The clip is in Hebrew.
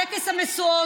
ראש הממשלה ויושב-ראש